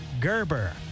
Gerber